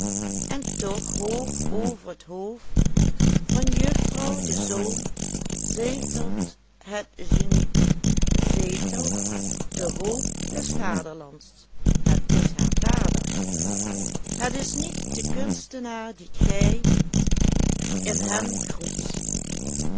en toch hoog over het hoofd van juffrouw de zoom zetelt het genie zetelt de hoop des vaderlands het is haar vader het is niet de kunstenaar dien gij in hem groet